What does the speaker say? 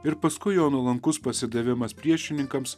ir paskui jo nuolankus pasidavimas priešininkams